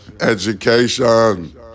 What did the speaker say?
education